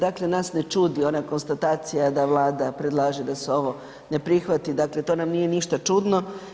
Dakle, nas ne čudi ona konstatacija da Vlada predlaže da se ovo ne prihvati, dakle to nam nije ništa čudno.